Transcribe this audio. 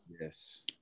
Yes